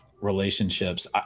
relationships